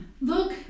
look